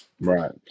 Right